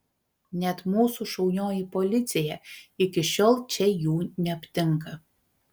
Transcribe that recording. net mūsų šaunioji policija iki šiol čia jų neaptinka